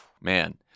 Man